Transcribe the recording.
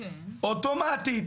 אוטומטית,